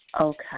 Okay